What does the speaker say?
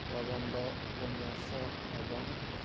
ପ୍ରବନ୍ଧ ଉପନ୍ୟାସ ଏବଂ